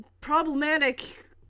problematic